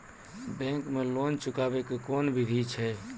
Bank माई loan चुकाबे के कोन बिधि छै?